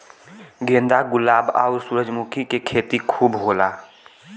गेंदा गुलाब आउर सूरजमुखी के खेती खूब होला